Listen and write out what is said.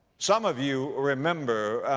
some of you remember,